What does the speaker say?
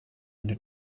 eine